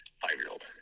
five-year-old